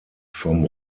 vom